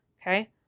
Okay